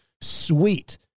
sweet